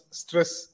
stress